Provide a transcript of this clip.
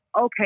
okay